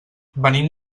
venim